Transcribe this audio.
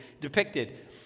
depicted